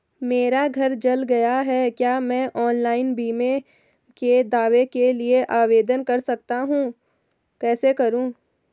मेरा घर जल गया है क्या मैं ऑनलाइन बीमे के दावे के लिए आवेदन कर सकता हूँ कैसे करूँ?